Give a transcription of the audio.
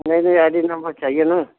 नहीं नहीं I D number चाहिए ना